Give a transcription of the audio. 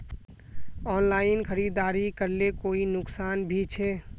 Online खरीदारी करले कोई नुकसान भी छे?